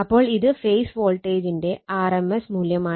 അപ്പോൾ ഇത് ഫേസ് വോൾട്ടേജിന്റെ ആർ എം എസ് മൂല്യമാണ്